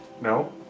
No